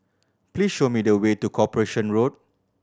please show me the way to Corporation Road